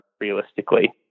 Realistically